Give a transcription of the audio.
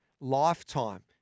lifetime